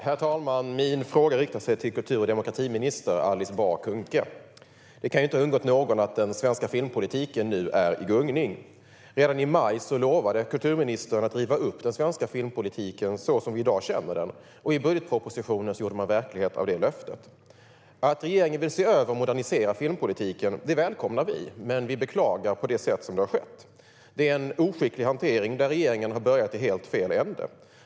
Herr talman! Min fråga riktar sig till kultur och demokratiminister Alice Bah Kuhnke. Det kan inte ha undgått någon att den svenska filmpolitiken är i gungning. Redan i maj lovade kulturministern att riva upp den svenska filmpolitiken så som vi i dag känner den, och i budgetpropositionen gjorde man verklighet av detta löfte. Att regeringen vill se över och modernisera filmpolitiken välkomnar vi, men vi beklagar det sätt på vilket det har skett. Det är en oskicklig hantering där regeringen har börjat i helt fel ände.